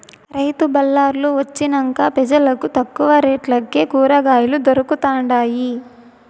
రైతు బళార్లు వొచ్చినంక పెజలకు తక్కువ రేట్లకే కూరకాయలు దొరకతండాయి